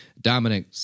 Dominic